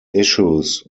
issues